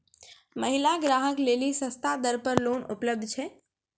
महिला ग्राहक लेली सस्ता दर पर लोन उपलब्ध छै?